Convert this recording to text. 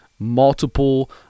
Multiple